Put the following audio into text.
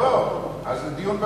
אז דיון במליאה.